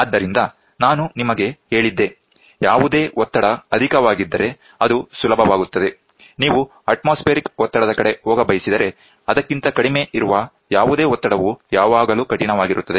ಆದ್ದರಿಂದ ನಾನು ನಿಮಗೆ ಹೇಳಿದೆ ಯಾವುದೇ ಒತ್ತಡ ಅಧಿಕವಾಗಿದ್ದರೆ ಅದು ಸುಲಭವಾಗುತ್ತದೆ ನೀವು ಅತ್ಮೋಸ್ಫೇರಿಕ್ ಒತ್ತಡದ ಕಡೆ ಹೋಗಬಯಸಿದರೆ ಅದಕ್ಕಿಂತ ಕಡಿಮೆ ಇರುವ ಯಾವುದೇ ಒತ್ತಡವು ಯಾವಾಗಲೂ ಕಠಿಣವಾಗಿರುತ್ತದೆ